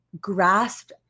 grasped